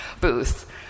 booth